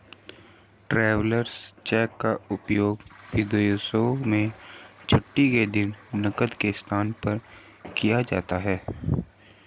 travellers cheque का उपयोग विदेशों में छुट्टी के दिन नकद के स्थान पर किया जाता है